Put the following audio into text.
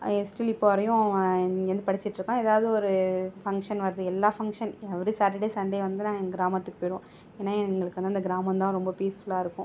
ஏன் ஸ்டில் இப்போது வரையும் இங்கேயிருந்து படித்திட்டு இருக்கான் ஏதாவது ஒரு ஃபங்ஷன் வருது எல்லா ஃபங்ஷன் எவரி சாட்டர்டே சண்டே வந்து நாங்கள் எங்கள் கிராமத்துக்கு போய்டுவோம் ஏன்னா எங்களுக்கு வந்து அந்த கிராமம் தான் ரொம்ப பீஸ்ஃபுல்லாக இருக்கும்